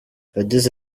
yagize